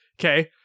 Okay